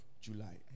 July